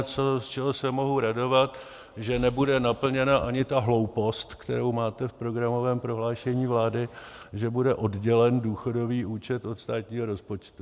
To je jediné, z čeho se mohu radovat, že nebude naplněna ani ta hloupost, kterou máte v programovém prohlášení vlády, že bude oddělen důchodový účet od státního rozpočtu.